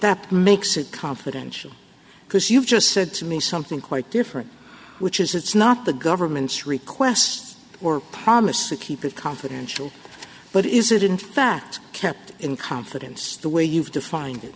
that makes it confidential because you've just said to me something quite different which is it's not the government's request or promise to keep it confidential but is it in fact kept in confidence the way you've defined